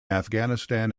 afghanistan